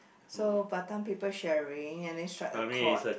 so Batam people sharing and then strike a court